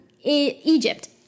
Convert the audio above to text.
Egypt